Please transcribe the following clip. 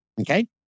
Okay